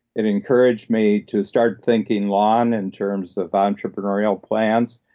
it encouraged me to start thinking long in terms of entrepreneurial plans.